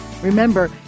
Remember